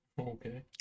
Okay